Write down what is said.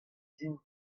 din